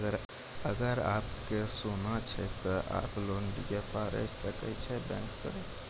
अगर आप के सोना छै ते आप लोन लिए पारे चाहते हैं बैंक से?